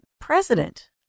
president